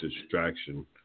distraction